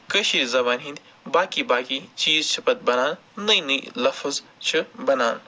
کٲشِر زَبانہِ ہِندۍ باقی باقی چیٖز چھِ پَتہٕ بَنان نٔوۍ نٔوۍ لَفظ چھِ بَنان